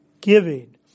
giving